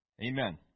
Amen